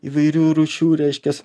įvairių rūšių reiškias